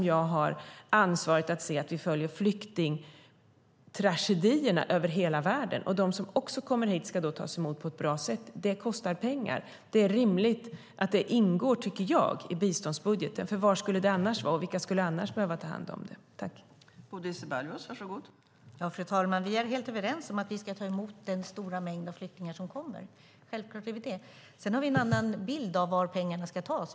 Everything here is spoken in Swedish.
Jag har ansvaret att se till att vi följer flyktingstragedierna över hela världen. De som kommer hit ska tas emot på ett bra sätt, och det kostar pengar. Det är rimligt att det ingår, tycker jag, i biståndsbudgeten. Var skulle det annars vara, och vilka skulle annars behöva ta hand om det här?